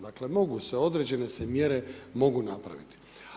Dakle mogu se, određene se mjere mogu napraviti.